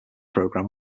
program